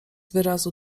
wyrazu